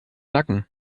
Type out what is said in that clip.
nacken